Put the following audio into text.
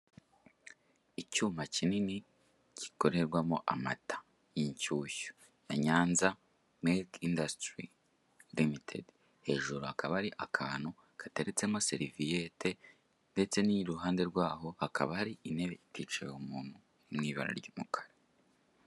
Icyuma kinini gikorerwamo amata y'inshyushyu ya Nyanza meke indasitiri limitedi, hejuru hakaba hari akantu gateretsemo seriviyete ndetse n'iruhande rw'aho hakaba hari intebe iticayeho umuntu iri mu ibara ry'umukara.